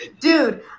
Dude